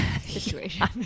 situation